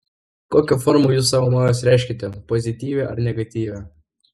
kokia forma jūs savo norus reiškiate pozityvia ar negatyvia